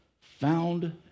found